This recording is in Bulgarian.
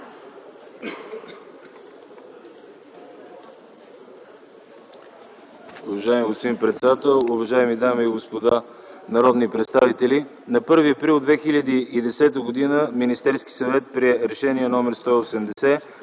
Уважаеми господин председател, уважаеми дами и господа народни представители! На 1 април 2010 г. Министерският съвет прие Решение № 180